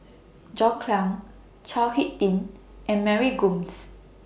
John Clang Chao Hick Tin and Mary Gomes